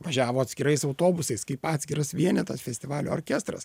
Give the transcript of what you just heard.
važiavo atskirais autobusais kaip atskiras vienetas festivalio orkestras